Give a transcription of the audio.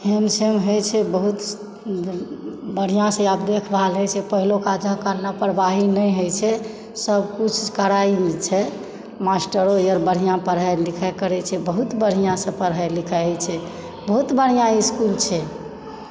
हेम क्षेम होइत छै बहुत बढ़िआँसँ आब देखभाल होइत छै पहिलुका जकाँ लापरवाही नहि होइत छै सभ कुछ कड़ाइमे छै मास्टरो आर बढ़िआँ पढ़ाइ लिखाइ करैत छै बहुत बढ़िआँसँ पढ़ाइ लिखाइ होइत छै बहुत बढ़िआँ इस्कूल छै